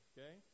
Okay